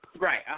Right